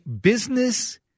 Business